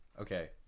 okay